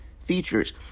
features